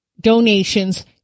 donations